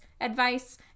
advice